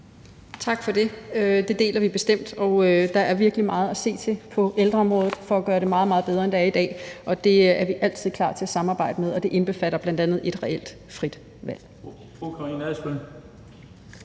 Tak for det. Det deler vi bestemt, og der er virkelig meget at se til på ældreområdet i forhold til at gøre det meget bedre, end det er i dag. Det er vi altid klar til at samarbejde om, og det indbefatter bl.a. et reelt frit valg.